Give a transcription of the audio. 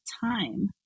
time